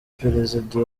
perezida